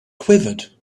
quivered